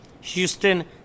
Houston